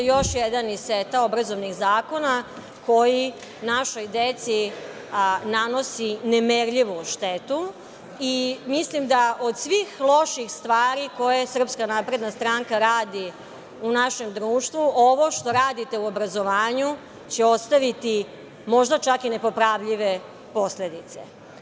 Još jedan iz seta obrazovnih zakona koji našoj deci nanosi nemerljivu štetu i mislim da od svih loših stvari, koje SNS radi u našem društvu, ovo što radite u obrazovanju će ostaviti možda čak i nepopravljive posledice.